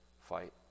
fight